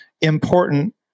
important